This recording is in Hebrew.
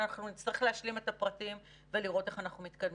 אנחנו נצטרך להשלים את הפרטים ולראות איך אנחנו מתקדמים.